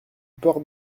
port